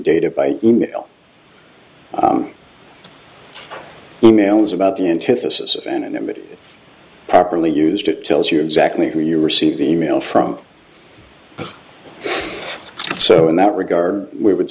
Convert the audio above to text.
data by email the mail is about the antithesis of anonymity properly used it tells you exactly who you received the email from so in that regard we would